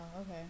okay